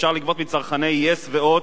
שאפשר לגבות מצרכני yes ו"הוט",